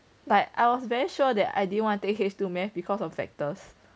like I was very sure that I didn't wanna take H two math because of vectors